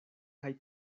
kaj